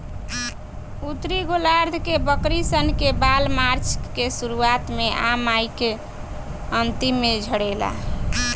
उत्तरी गोलार्ध के बकरी सन के बाल मार्च के शुरुआत में आ मई के अन्तिम में झड़ेला